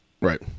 Right